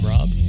Rob